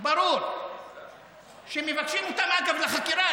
ברור שמבקשים אותם, אגב, לחקירה.